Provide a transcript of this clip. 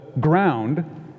ground